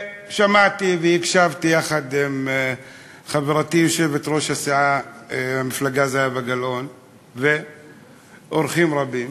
שמעתי והקשבתי יחד עם חברתי יושבת-ראש המפלגה זהבה גלאון ואורחים רבים.